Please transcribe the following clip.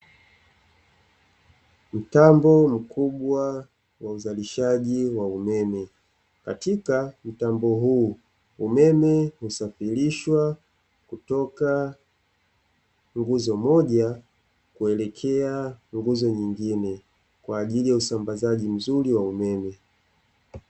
Mtambo mkubwa wa uzalishaji wa umeme, katika mtambo huu umeme husafirishwa kutoka nguzo moja kuelekea nguzo nyingine kwa ajili ya usambazaji mzuri wa umeme.